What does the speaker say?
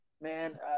Man